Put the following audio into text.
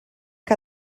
que